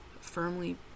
firmly